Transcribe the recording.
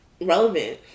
relevant